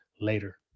later